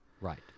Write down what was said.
right